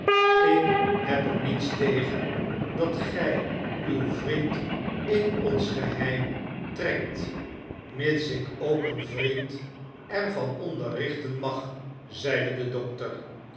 ik heb er niets tegen dat gij uw vriend in ons geheim trekt mits ik ook een vriend er van onderrichten mag zeide de dokter